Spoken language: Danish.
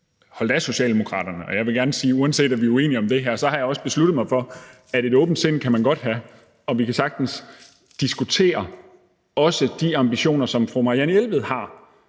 holdt af Socialdemokraterne. Jeg vil gerne sige, at uanset om vi er uenige om det her, har jeg også besluttet mig for, at et åbent sind kan man godt have, og vi kan sagtens diskutere også de ambitioner, som fru Marianne Jelved har,